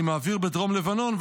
אני בדרום לבנון,